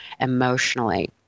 emotionally